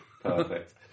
Perfect